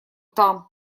там